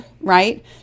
right